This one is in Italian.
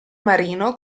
marino